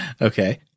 Okay